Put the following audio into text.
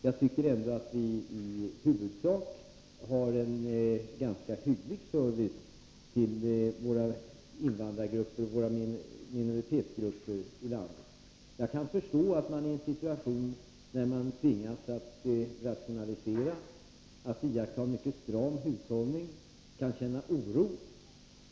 Jag tycker ändå att vi i huvudsak har en ganska hygglig service beträffande invandrargrupper och minoiitetsgrupper här i landet. Jag förstår att man i en situation, där man tvingas att rationalisera, att iaktta en mycket stram hushållning, kan känna oro.